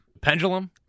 pendulum